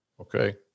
Okay